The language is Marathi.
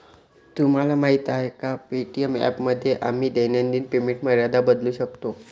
तुम्हाला माहीत आहे का पे.टी.एम ॲपमध्ये आम्ही दैनिक पेमेंट मर्यादा बदलू शकतो?